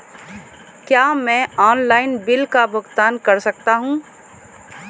क्या मैं online bill का भुगतान कर सकता हूँ?